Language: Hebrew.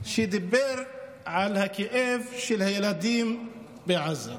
שדיבר על הכאב של הילדים בעזה.